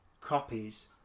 copies